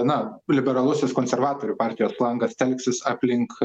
na liberalusis konservatorių partijos flangas telksis aplink